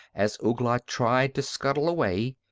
as ouglat tried to scuttle away,